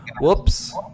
Whoops